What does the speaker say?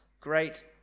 great